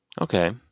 Okay